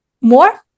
more